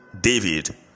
David